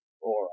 aura